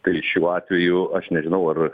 tai šiuo atveju aš nežinau ar